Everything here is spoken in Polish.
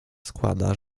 składa